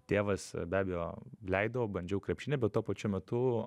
tėvas be abejo leido bandžiau krepšinį bet tuo pačiu metu